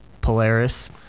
Polaris